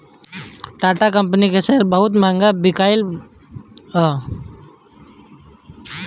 Tata company के share बहुते महंग बिकाईल हअ